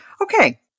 Okay